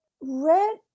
Red